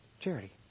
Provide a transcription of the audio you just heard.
Charity